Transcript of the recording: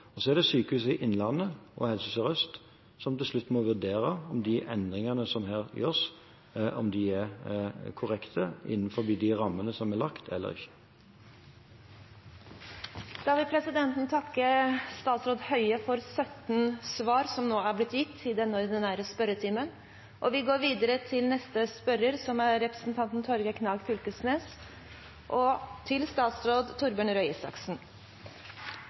Det er Sykehuset Innlandet og Helse Sør-Øst som til slutt må vurdere om de endringene som her gjøres, er korrekte innenfor de rammene som er lagt, eller ikke. Presidenten vil takke statsråd Høie for de 18 svar som han har gitt i denne ordinære spørretimen. Vi går videre til spørsmål 30 – og til neste spørrer, som er representanten Torgeir Knag Fylkesnes – til statsråd Torbjørn Røe Isaksen.